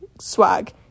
swag